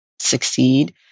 succeed